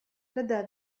لدى